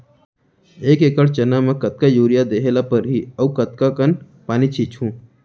एक एकड़ चना म कतका यूरिया देहे ल परहि अऊ कतका कन पानी छींचहुं?